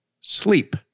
sleep